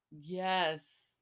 Yes